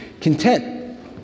content